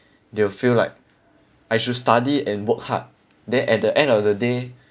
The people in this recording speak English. they will feel like I should study and work hard then at the end of the day